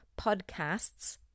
podcasts